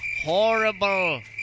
horrible